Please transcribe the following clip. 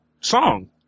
song